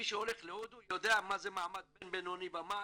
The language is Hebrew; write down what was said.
מי שהולך להודו יודע מה זה מעמד בין בינוני ומעלה,